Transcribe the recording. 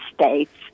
States